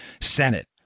Senate